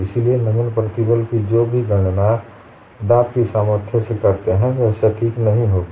इसलिए नमन प्रतिबल की जो भी आप गणना पदार्थो की सामर्थ्य से करते हैं वह सटीक नहीं होगी